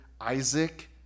Isaac